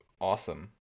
Awesome